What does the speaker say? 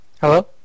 Hello